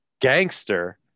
gangster